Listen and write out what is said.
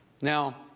Now